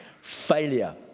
failure